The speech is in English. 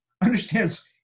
understands